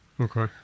Okay